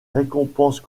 récompenses